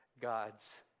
God's